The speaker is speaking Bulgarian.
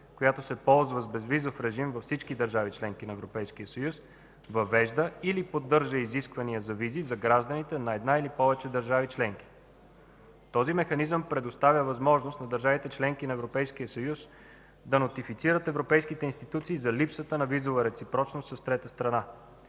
която се ползва с безвизов режим във всички държави – членки на Европейския съюз, въвежда или поддържа изисквания за визи за гражданите на една или повече държави членки. Този механизъм предоставя възможност на държавите – членки на Европейския съюз, да нотифицират европейските институции за липсата на визова реципрочност с трета страна.